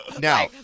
Now